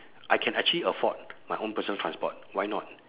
I can actually afford my own personal transport why not